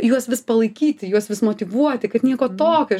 juos vis palaikyti juos vis motyvuoti kad nieko tokio